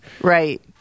right